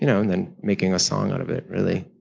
you know and then making a song out of it, really.